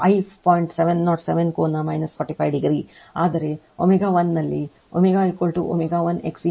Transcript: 707 ಕೋನ 45 ಡಿಗ್ರಿ ಆದರೆ ω 1 ನಲ್ಲಿ ω ω 1 XC XL R